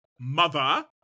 mother